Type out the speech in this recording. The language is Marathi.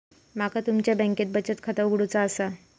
माका तुमच्या बँकेत बचत खाता उघडूचा असा?